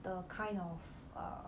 the kind of err